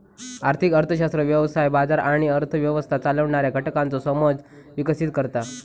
आर्थिक अर्थशास्त्र व्यवसाय, बाजार आणि अर्थ व्यवस्था चालवणाऱ्या घटकांचो समज विकसीत करता